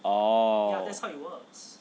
oh